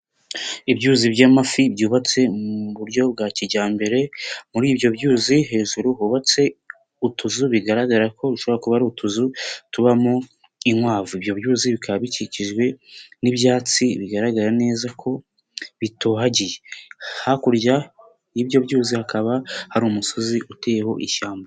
Ibyuzi by'amafi byubatse mu buryo bwa kijyambere, muri ibyo byuzi hejuru hubatse utuzu bigaragara ko hashobora kuba ari utuzu tubamo inkwavu, ibyo byuzi bikaba bikikijwe n'ibyatsi bigaragara neza ko bitohagiye, hakurya y'ibyo byuzi hakaba hari umusozi uteyeho ishyamba.